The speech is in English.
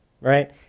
right